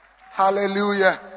Hallelujah